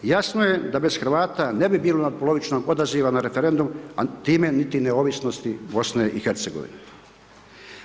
I jasno je da bez Hrvata ne bi bilo natpolovičnog odaziva na referendum a time niti neovisnosti BiH-a.